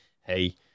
Hey